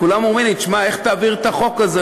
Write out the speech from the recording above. כולם אומרים לי: איך תעביר את החוק הזה?